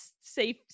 safe